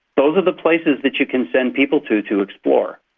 those are the places that you can send people to to explore.